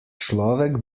človek